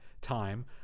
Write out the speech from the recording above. time